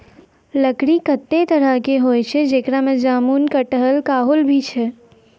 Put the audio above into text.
लकड़ी कत्ते तरह केरो होय छै, जेकरा में जामुन, कटहल, काहुल भी छै